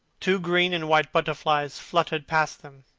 two green-and-white butterflies fluttered past them,